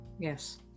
Yes